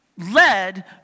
Led